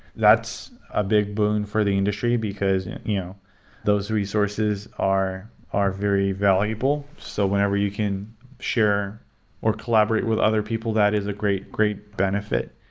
that's a big boom for the industry, because you know those resources are are very valuable. so whenever whenever you can share or collaborate with other people, that is a great, great benefit.